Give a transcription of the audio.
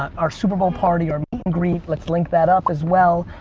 our super bowl party, our meet and greet. let's link that up as well.